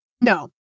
No